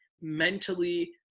mentally